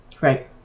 Right